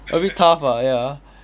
a bit tough ah ya